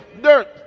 dirt